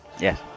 Yes